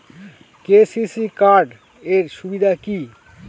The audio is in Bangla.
কে.সি.সি কার্ড এর সুবিধা কি?